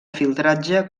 filtratge